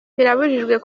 birabujijwe